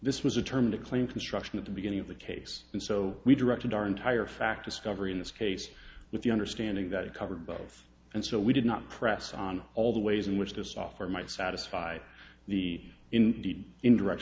this was a term to claim construction at the beginning of the case and so we directed our entire fact discovery in this case with the understanding that it covered both and so we did not press on all the ways in which the software might satisfy the ind